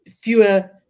fewer